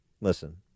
Listen